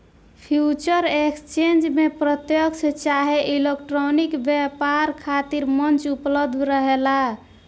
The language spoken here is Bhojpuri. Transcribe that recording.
फ्यूचर एक्सचेंज में प्रत्यकछ चाहे इलेक्ट्रॉनिक व्यापार खातिर मंच उपलब्ध रहेला